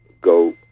go